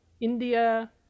india